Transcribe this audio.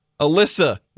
Alyssa